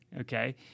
Okay